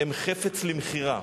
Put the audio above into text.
הן חפץ למכירה.